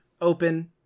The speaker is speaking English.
open